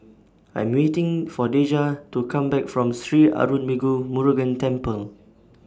I Am waiting For Deja to Come Back from Sri Arulmigu Murugan Temple